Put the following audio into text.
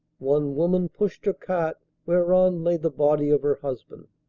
one women pushed her cart whereon lay the body of her husband.